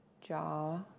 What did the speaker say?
jaw